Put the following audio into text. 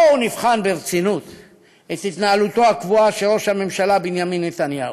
בואו נבחן ברצינות את התנהלותו הקבועה של ראש הממשלה בנימין נתניהו.